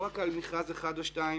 לא רק על מכרז אחד או שניים,